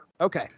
Okay